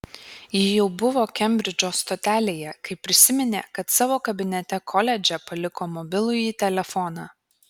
ji jau buvo kembridžo stotelėje kai prisiminė kad savo kabinete koledže paliko mobilųjį telefoną